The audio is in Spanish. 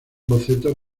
boceto